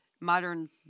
modern